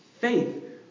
faith